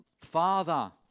father